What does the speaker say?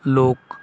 ਲੋਕ